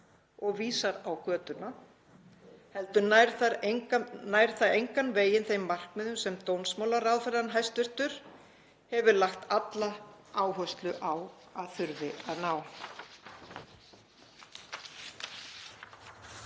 og vísar á götuna heldur nær það engan veginn þeim markmiðum sem hæstv. dómsmálaráðherra hefur lagt alla áherslu á að þurfi að ná.